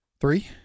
Three